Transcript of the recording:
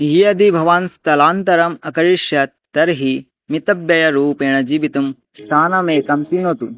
यदि भवान् स्थलान्तरम् अकरिष्यत् तर्हि मितव्ययरूपेण जीवितुं स्थानमेकम् चिनोतु